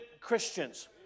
Christians